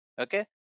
okay